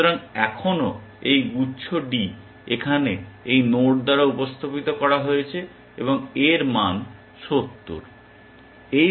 সুতরাং এখনও এই গুচ্ছ D এখানে এই নোড দ্বারা উপস্থাপিত করা হয়েছে এবং এর মান 70